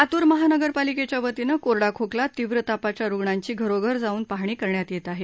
लातूर महानगरपालिकेच्या वतीने कोरडा खोकला तीव्र तापाच्या रुग्णांची घरोघर जाऊन पाहणी करण्यात येते आहे